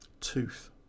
tooth